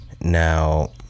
Now